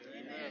Amen